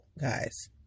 guys